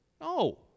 No